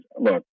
look